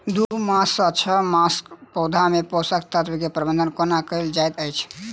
दू मास सँ छै मासक पौधा मे पोसक तत्त्व केँ प्रबंधन कोना कएल जाइत अछि?